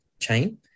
chain